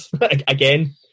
again